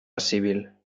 civil